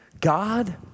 God